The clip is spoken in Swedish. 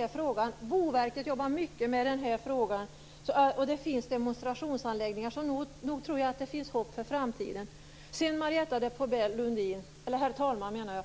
Det gör också Boverket. Dessutom finns det demonstrationsanläggningar. Jag tror därför att det finns hopp för framtiden. Herr talman!